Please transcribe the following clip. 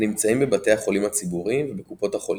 הנמצאים בבתי החולים הציבוריים ובקופות החולים.